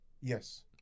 Yes